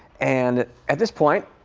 and at this point,